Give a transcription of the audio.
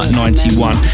91